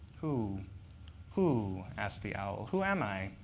who who, asked the owl. who am i?